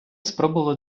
спробували